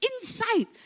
Inside